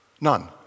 None